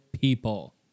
people